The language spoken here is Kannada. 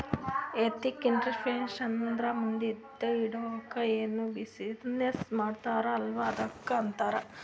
ಎಥ್ನಿಕ್ ಎಂಟ್ರರ್ಪ್ರಿನರ್ಶಿಪ್ ಅಂದುರ್ ಮದ್ಲಿಂದ್ ಹಿಡ್ಕೊಂಡ್ ಏನ್ ಬಿಸಿನ್ನೆಸ್ ಮಾಡ್ಯಾರ್ ಅಲ್ಲ ಅದ್ದುಕ್ ಆಂತಾರ್